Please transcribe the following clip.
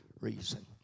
reason